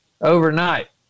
overnight